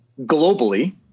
globally